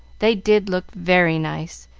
they did look very nice,